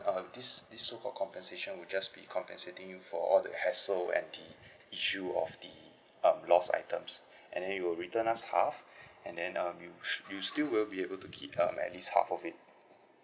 um this this so called compensation we'll just be compensating you for all the hassle and the issue of the um lost items and then you will return us half and then um we'll you'll still would be able to keep err at least half of it